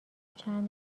چند